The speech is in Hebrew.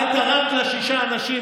את תרמת שישה ימים,